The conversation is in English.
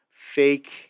fake